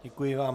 Děkuji vám.